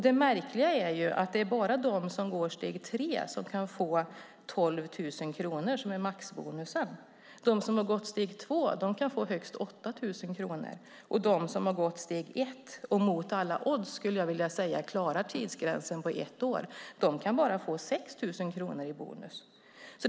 Det märkliga är att det bara är de som går steg tre som kan få 12 000 kronor, som är maxbonus, de som gått steg två kan få högst 8 000 kronor, och de som gått steg ett, och mot alla odds skulle jag vilja säga klarar tidsgränsen på ett år, bara kan få 6 000 kronor i bonus.